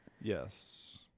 Yes